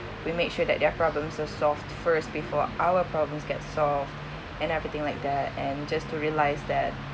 we make sure that their problems are solved first before our problems get solved and everything like that and just to realise that